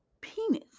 penis